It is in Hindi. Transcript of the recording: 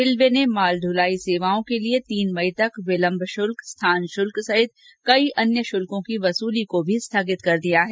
रेलवे ने माल दुाई सेवाओं के लिए तीन मई तक विलम्ब शुल्क स्थान शुल्क सहित कई अन्य शुल्कों की वसूली को भी स्थगित कर दिया है